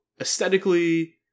aesthetically